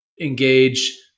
engage